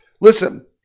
Listen